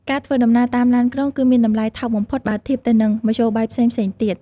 ការធ្វើដំណើរតាមឡានក្រុងគឺមានតម្លៃថោកបំផុតបើធៀបទៅនឹងមធ្យោបាយផ្សេងៗទៀត។